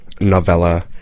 novella